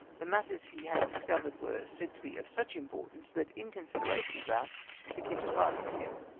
the matters he had discovered were said to be of such im portance, that in consideration of that the king pardoned him.